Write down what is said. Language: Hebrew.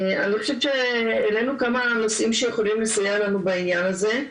אני חושבת שהעלינו פה כמה נושאים בעניין הזה.